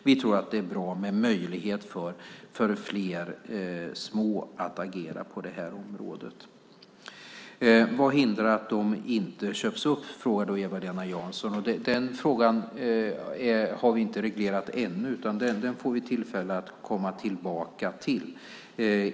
Vi tror att det är bra med möjlighet för fler små att agera på det här området. Vad hindrar att de inte köps upp, frågar Eva-Lena Jansson. Den frågan har vi inte reglerat ännu, utan den får vi tillfälle att komma tillbaka till.